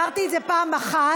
אמרתי את זה פעם אחת